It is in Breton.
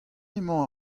emañ